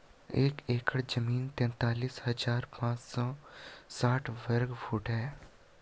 एक एकड़ जमीन तैंतालीस हजार पांच सौ साठ वर्ग फुट है